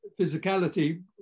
physicality